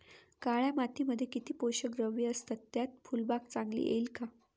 काळ्या मातीमध्ये किती पोषक द्रव्ये असतात, त्यात फुलबाग चांगली येईल का?